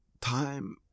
Time